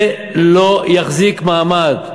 זה לא יחזיק מעמד,